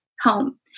home